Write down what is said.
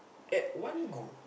at one go